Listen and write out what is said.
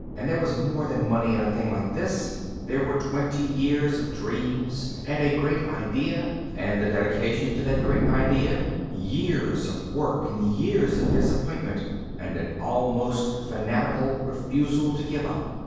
and there was more than money in a thing like this there were twenty years of dreams and a great idea and the dedication to that great idea years of work and years of disappointment and an almost fanatical refusal to give up.